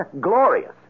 glorious